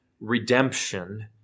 redemption